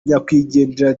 nyakwigendera